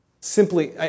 Simply